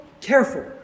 careful